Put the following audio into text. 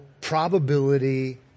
probability